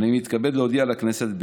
אני מתכבד להודיע לכנסת,